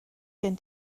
gen